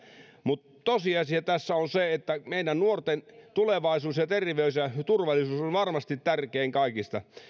mutta tosiasia tässä on se että meidän nuorten tulevaisuus ja terveys ja turvallisuus on varmasti tärkein kaikista